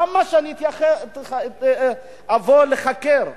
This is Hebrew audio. למה שאני אבוא להיחקר?